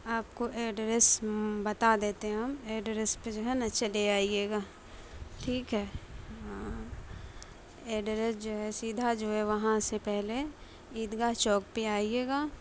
آپ کو ایڈریس بتا دیتے ہیں ہم ایڈریس پہ جو ہے نا چلے آئیے گا ٹھیک ہے ہاں ایڈریس جو ہے سیدھا جو ہے وہاں سے پہلے عیدگاہ چوک پہ آئیے گا